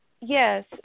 yes